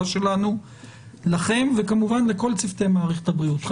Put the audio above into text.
שלנו לכם וכמובן לכל צוותי מערכת הבריאות.